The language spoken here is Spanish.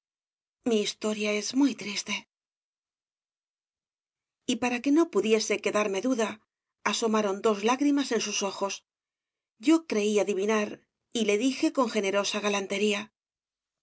mi historia es muy triste y para que no pudiese quedarme duda asomaron dos lágrimas en sus ojos yo creí adivinar y le dije con generosa galantería